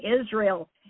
Israel